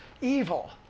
evil